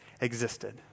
existed